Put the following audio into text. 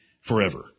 forever